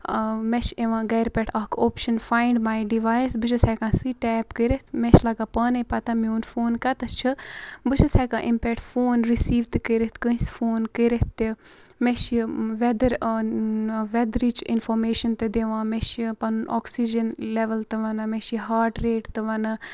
مےٚ چھِ یِوان گَرِ پٮ۪ٹھ اَکھ اوپشَن فاینٛڈ ماے ڈِوایِس بہٕ چھَس ہٮ۪کان سُے ٹیپ کٔرِتھ مےٚ چھِ لَگان پانَے پَتہ میون فون کَتَس چھُ بہٕ چھَس ہٮ۪کان امہِ پٮ۪ٹھ فون رِسیٖو تہِ کٔرِتھ کٲنٛسہِ فون کٔرِتھ تہِ مےٚ چھِ یہِ وٮ۪در آن وٮ۪درٕچ اِنفامیشَن تہٕ دِوان مےٚ چھِ یہِ پَنُن آکسیٖجَن لٮ۪وٕل تہٕ وَنان مےٚ چھِ یہِ ہاٹ ریٹ تہٕ وَنان